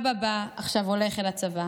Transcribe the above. / אבא בא, עכשיו הולך אל הצבא.